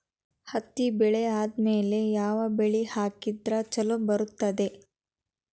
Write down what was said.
ಹತ್ತಿ ಬೆಳೆ ಆದ್ಮೇಲ ಯಾವ ಬೆಳಿ ಹಾಕಿದ್ರ ಛಲೋ ಬರುತ್ತದೆ?